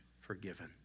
forgiven